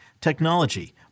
technology